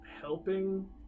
helping